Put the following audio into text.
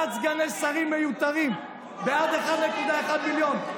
בעד סגני שרים מיותרים, בעד 1.1 מיליון,